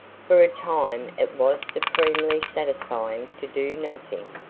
for a time it was supremely satisfying to do nothing.